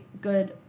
good